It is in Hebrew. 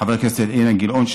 חבר הכנסת אילן גילאון,